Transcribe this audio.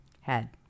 head